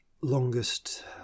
longest